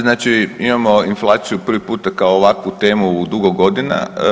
Znači imamo inflaciju prvi puta kao ovakvu temu u dugo godina.